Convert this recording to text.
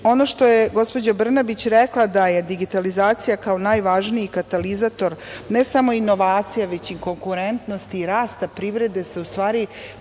što je gospođa Brnabić rekla da je digitalizacija kao najvažniji katalizator ne samo inovacija, već i konkurentnosti i rasta privrede se u stvari